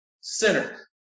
Sinner